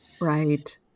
Right